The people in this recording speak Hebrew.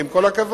עם כל הכבוד.